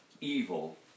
evil